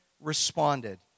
responded